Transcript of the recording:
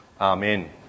Amen